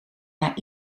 naar